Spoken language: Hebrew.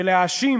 ולהאשים